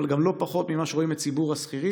אבל גם לא פחות ממה שרואים את ציבור השכירים.